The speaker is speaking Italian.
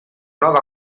nuova